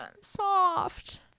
soft